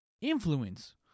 Influence